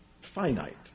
finite